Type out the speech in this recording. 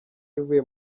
ivuye